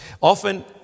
Often